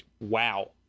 wow